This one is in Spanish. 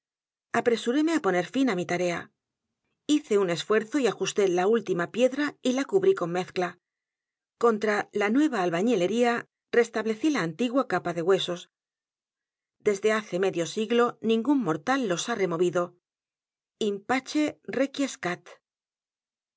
apresúreme á poner fin á mi tarea hice un esfuerzo y ajusté la última piedra y la cubrí con mezcla contra la nueva albañilería restablecí la antigua capa de huesos desde hace medio siglo ningún mortal los h a removido in